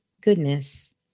goodness